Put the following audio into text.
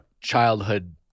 childhood